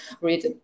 read